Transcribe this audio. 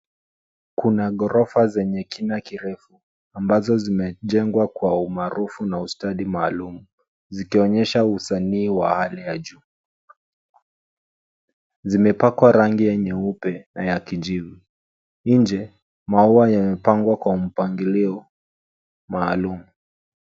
Kuna ghorofa zenye kina kirefu ambazo zimejengwa kwa umaarufu na ustadi maalum, zikionyesha usanii wa hali ya juu. Zimepakwa rangi ya nyeupe na ya kijivu. Nje, maua yamepangwa kwa mpangilio maalum.